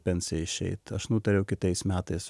pensiją išeit aš nutariau kitais metais